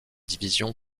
division